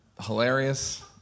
hilarious